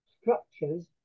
structures